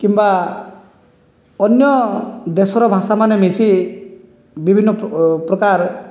କିମ୍ବା ଅନ୍ୟ ଦେଶର ଭାଷାମାନେ ମିଶି ବିଭିନ୍ନ ପ୍ରକାର